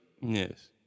yes